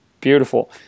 Beautiful